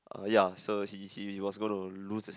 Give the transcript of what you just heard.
uh ya so he he was going to lose a seat